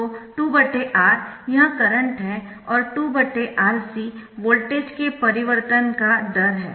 तो 2 R यह current है और 2 R c वोल्टेज के परिवर्तन का दर है